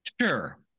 Sure